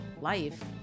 life